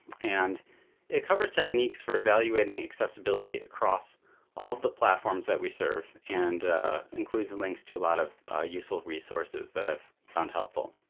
and it covers techniques for evaluating accessibility across all the platforms that we serve and includes and links to a lot of useful resources that i've found helpful.